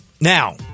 Now